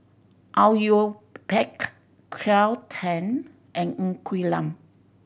Au Yue Pak Claire Tham and Ng Quee Lam